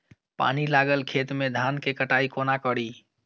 पानि लागल खेत मे धान केँ कटाई कोना कड़ी?